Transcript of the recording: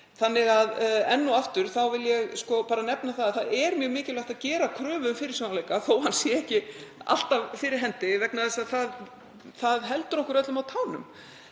þeim. Enn og aftur vil ég nefna að það er mjög mikilvægt að gera kröfu um fyrirsjáanleika þótt hann sé ekki alltaf fyrir hendi vegna þess að það heldur okkur öllum á tánum.